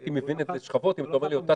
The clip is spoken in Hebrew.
הייתי מבין את השכבות אם אתה אומר לי אותה